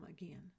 again